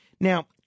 Now